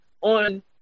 on